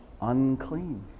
unclean